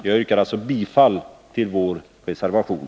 Jag yrkar alltså bifall till vår reservation.